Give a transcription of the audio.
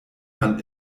man